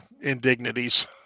indignities